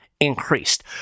increased